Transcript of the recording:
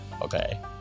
okay